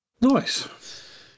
Nice